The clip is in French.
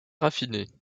raffinée